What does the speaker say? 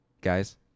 Guys